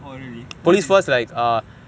oh really what his